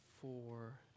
four